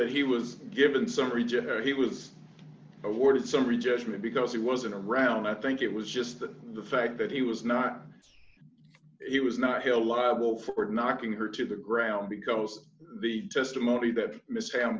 that he was given some region where he was awarded summary judgment because he wasn't around i think it was just the fact that he was not he was not held liable for knocking her to the ground because the testimony that m